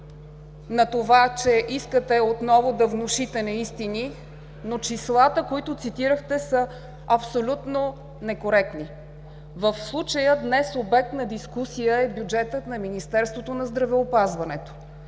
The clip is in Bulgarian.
на това, че искате отново да внушите неистини, но числата, които цитирахте, са абсолютно некоректни. В случай днес обект на дискусия е бюджетът на Министерството на здравеопазването.